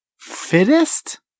fittest